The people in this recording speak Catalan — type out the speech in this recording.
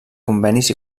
convenis